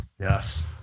Yes